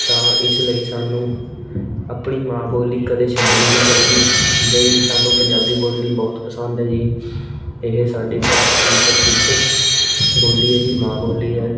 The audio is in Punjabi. ਤਾਂ ਇਸ ਲਈ ਸਾਨੂੰ ਆਪਣੀ ਮਾਂ ਬੋਲੀ ਕਦੇ ਛੱਡਣੀ ਨਹੀਂ ਚਾਹੀਦੀ ਠੀਕ ਹੈ ਜੀ ਸਾਨੂੰ ਪੰਜਾਬੀ ਬੋਲਣੀ ਬਹੁਤ ਪਸੰਦ ਹੈ ਜੀ ਇਹ ਸਾਡੀ ਭਾਰਤ ਦੀ ਪ੍ਰਸਿੱਧ ਬੋਲੀ ਹੈ ਜੀ ਮਾਂ ਬੋਲੀ ਹੈ